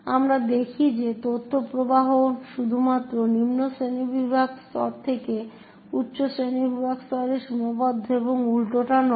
আমরা দেখি যে তথ্য প্রবাহ শুধুমাত্র নিম্ন শ্রেণীবিভাগ স্তর থেকে উচ্চ শ্রেণীবিভাগ স্তরে সীমাবদ্ধ এবং উল্টোটা নয়